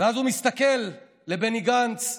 ואז הוא מסתכל לבני גנץ,